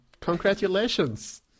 congratulations